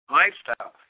lifestyle